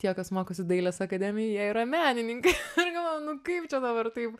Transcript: tie kas mokosi dailės akademijoj jie yra menininkai ir galvoju nu kaip čia dabar taip